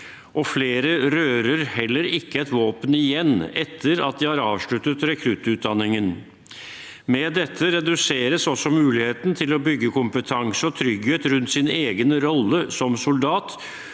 og flere rører heller ikke et våpen igjen, etter at de har avsluttet rekruttutdanningen. Med dette reduseres også muligheten til å bygge kompetanse og trygghet rundt sin egen rolle som soldat,